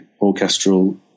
orchestral